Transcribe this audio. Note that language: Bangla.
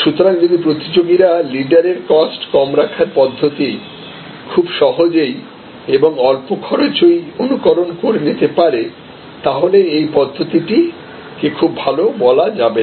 সুতরাং যদি প্রতিযোগীরা লিডারের কস্ট কম রাখার পদ্ধতি খুব সহজেই এবং অল্প খরচেই অনুকরণ করে নিতে পারে তাহলে এই পদ্ধতিটি কেও খুব ভালো বলা যাবে না